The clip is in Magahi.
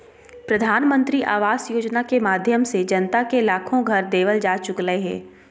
प्रधानमंत्री आवास योजना के माध्यम से जनता के लाखो घर देवल जा चुकलय हें